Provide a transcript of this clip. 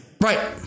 Right